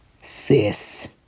sis